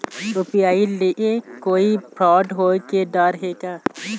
UPI ले कोई fraud होए के डर हे का?